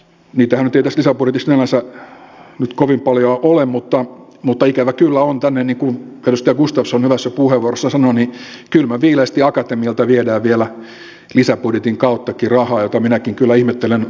niitähän ei nyt tässä lisäbudjetissa sinällänsä kovin paljoa ole mutta ikävä kyllä täällä niin kuin edustaja gustafsson hyvässä puheenvuorossaan sanoi kylmän viileästi akatemialta viedään vielä lisäbudjetin kauttakin rahaa mitä minäkin kyllä ihmettelen